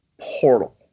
portal